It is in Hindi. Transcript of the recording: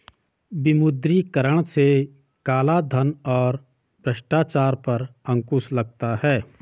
विमुद्रीकरण से कालाधन और भ्रष्टाचार पर अंकुश लगता हैं